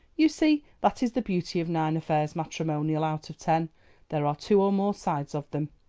you see that is the beauty of nine affairs matrimonial out of ten there are two or more sides of them.